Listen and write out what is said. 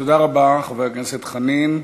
תודה רבה לחבר הכנסת חנין.